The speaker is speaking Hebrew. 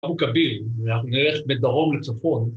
אבו קביל, אנחנו נלך מדרום לצפון.